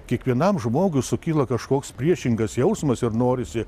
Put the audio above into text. kiekvienam žmogui sukyla kažkoks priešingas jausmas ir norisi